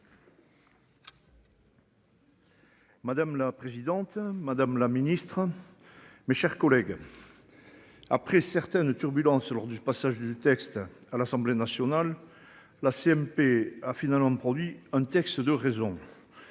Madame la présidente Madame la Ministre. Mes chers collègues. Après certaines turbulences lors du passage du texte à l'Assemblée nationale. La CMP a finalement produit un texte de raisons.